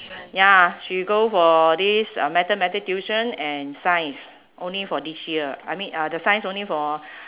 ya she go for this uh mathematic tuition and science only for this year I mean uh the science only for